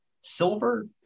silver